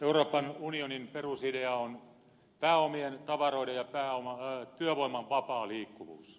euroopan unionin perusidea on pääomien tavaroiden ja työvoiman vapaa liikkuvuus